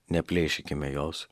neplėšykime jos